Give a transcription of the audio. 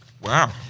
Wow